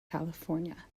california